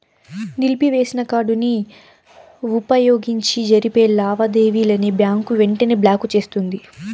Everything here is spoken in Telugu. నిలిపివేసిన కార్డుని వుపయోగించి జరిపే లావాదేవీలని బ్యాంకు వెంటనే బ్లాకు చేస్తుంది